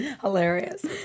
hilarious